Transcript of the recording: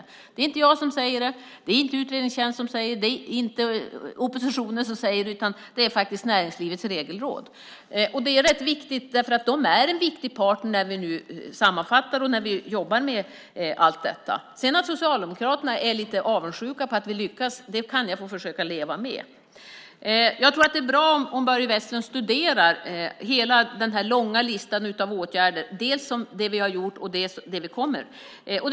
Det är inte jag som säger det, det är inte utredningstjänsten som säger det, och det är inte oppositionen som säger det, utan det är faktiskt Näringslivets regelråd. Och det är rätt viktigt, för de är en viktig part när vi nu sammanfattar och jobbar med allt detta. Att sedan Socialdemokraterna är lite avundsjuka på att vi lyckas får jag försöka leva med. Jag tror att det är bra om Börje Vestlund studerar hela den långa listan med åtgärder, dels sådana vi har vidtagit, dels sådana vi kommer att vidta.